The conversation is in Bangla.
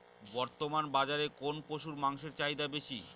বর্তমান বাজারে কোন পশুর মাংসের চাহিদা বেশি?